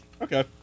Okay